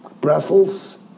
Brussels